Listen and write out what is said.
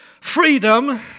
freedom